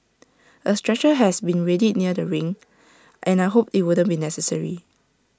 A stretcher has been readied near the ring and I hoped IT wouldn't be necessary